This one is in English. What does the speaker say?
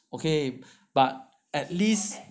okay but at least